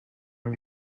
amb